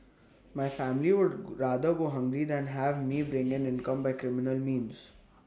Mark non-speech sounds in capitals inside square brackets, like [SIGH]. my family would [NOISE] rather go hungry than have me bring in income by criminal means